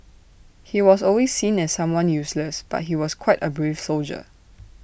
he was always seen as someone useless but he was quite A brave soldier